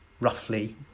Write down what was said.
roughly